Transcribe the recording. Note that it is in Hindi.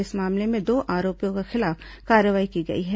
इस मामले में दो आरोपियों के खिलाफ कार्रवाई की गई है